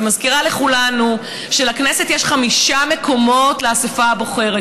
ומזכירה לכולנו שלכנסת יש חמישה מקומות לאספה הבוחרות,